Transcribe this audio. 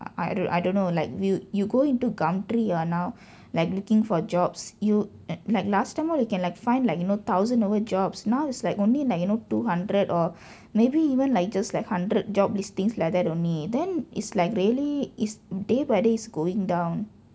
I don't I don't know like yo~ you go into Gumtree or now like looking for jobs you like last time all you can like find like you know thousand over jobs now is like only like you know two hundred or maybe even like just like hundred job listings like that only then is like really it's day by day is going down